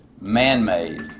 man-made